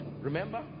Remember